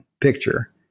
picture